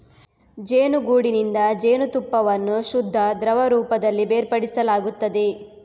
ಜೇನುಗೂಡಿನಿಂದ ಜೇನುತುಪ್ಪವನ್ನು ಶುದ್ಧ ದ್ರವ ರೂಪದಲ್ಲಿ ಬೇರ್ಪಡಿಸಲಾಗುತ್ತದೆ